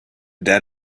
that